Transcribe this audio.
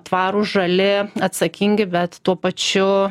tvarūs žali atsakingi bet tuo pačiu